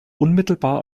unmittelbar